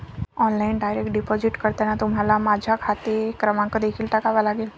online direct deposit करताना तुम्हाला माझा खाते क्रमांक देखील टाकावा लागेल